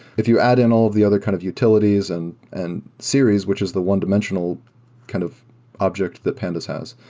if you add in all of the other kind of utilities and and series, which is the one-dimensional kind of object that pandas has,